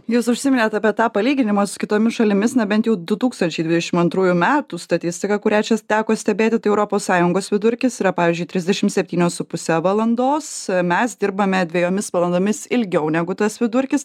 jūs užsiminėt apie tą palyginimą su kitomis šalimis na bent jau du tūkstančiai dvidešim antrųjų metų statistika kurią čia teko stebėti tai europos sąjungos vidurkis yra pavyzdžiui trisdešimt septynios su puse valandos mes dirbame dvejomis valandomis ilgiau negu tas vidurkis